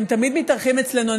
שהם תמיד מתארחים אצלנו,